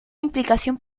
implicación